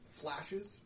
flashes